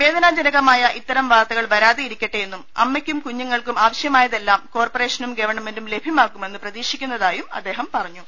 വേദനാജനകമായ ഇത്തരം വാർത്തകൾ വരാതെയിരിക്കട്ടെയെന്നും അമ്മയ്ക്കും കുഞ്ഞു ങ്ങൾക്കും ആവശ്യമായതെല്ലാം കോർപ്പറേഷനും ഗവൺമെന്റും ലഭ്യമാക്കുമെന്ന് പ്രതീക്ഷിക്കുന്നതായി അദ്ദേഹം പറഞ്ഞു